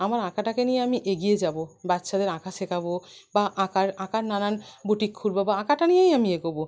আমার আঁকাটাকে নিয়ে আমি এগিয়ে যাব বাচ্চাদের আঁকা শেখাব বা আঁকার আঁকার নানান বুটিক খুলব বা আঁকাটা নিয়েই আমি এগবো